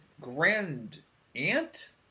grand-aunt